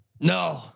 No